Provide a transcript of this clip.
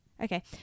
Okay